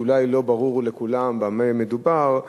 ואולי לא ברור לכולם במה מדובר.